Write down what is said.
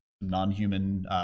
Non-human